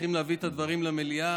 צריכים להביא את הדברים למליאה.